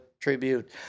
tribute